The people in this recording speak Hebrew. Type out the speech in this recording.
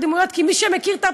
כי מי שמכיר את הפרשייה,